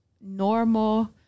normal